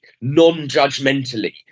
non-judgmentally